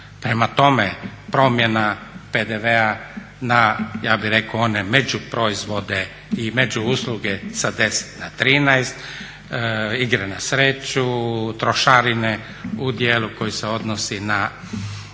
Prema tome, promjena PDV-a na ja bi rekao one među proizvode i među usluge sa 10 na 13, igre na sreću, trošarine u djelu koji se odnosi na